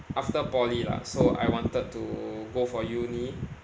after poly lah so I wanted to go for uni